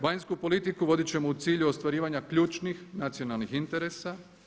Vanjsku politiku vodit ćemo u cilju ostvarivanja ključnih nacionalnih interesa.